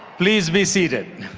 please be seated.